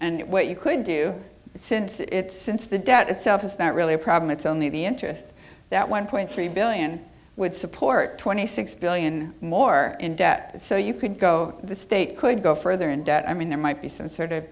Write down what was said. and what you could do since it's since the debt itself is not really a problem it's only the interest that one point three billion would support twenty six billion more in debt so you could go the state could go further in debt i mean there might be some sort of